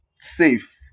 safe